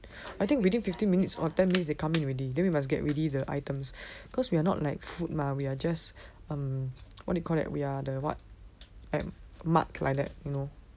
I think within fifteen minutes or ten minutes they come already then we must get ready the items cause we are not like food lah we are just what do you call that we are the what like mug like that you know